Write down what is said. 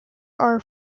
are